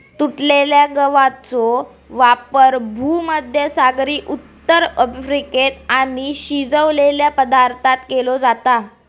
तुटलेल्या गवाचो वापर भुमध्यसागरी उत्तर अफ्रिकेत आणि शिजवलेल्या पदार्थांत केलो जाता